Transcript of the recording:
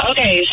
Okay